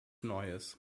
neues